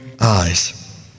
eyes